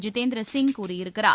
ஜிதேந்திர சிங் கூறியிருக்கிறார்